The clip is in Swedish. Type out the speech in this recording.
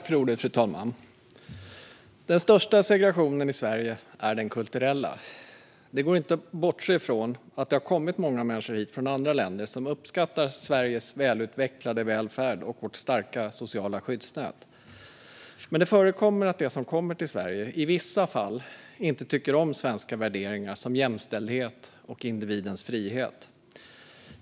Fru talman! Den största segregationen i Sverige är den kulturella. Det går inte att bortse från att det har kommit många människor hit från andra länder som uppskattar Sveriges välutvecklade välfärd och vårt starka sociala skyddsnät. Men det förekommer att de som kommer till Sverige inte tycker om svenska värderingar som jämställdhet och individens frihet.